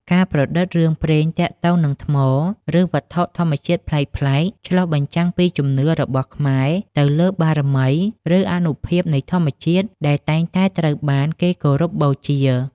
ការប្រឌិតរឿងព្រេងទាក់ទងនឹងថ្ម ឬវត្ថុធម្មជាតិប្លែកៗ ឆ្លុះបញ្ចាំងពីជំនឿរបស់ខ្មែរទៅលើបារមី ឬអានុភាពនៃធម្មជាតិ ដែលតែងតែត្រូវបានគេគោរពបូជា។